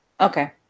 Okay